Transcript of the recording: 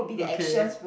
okay